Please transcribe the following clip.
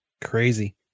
crazy